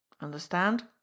understand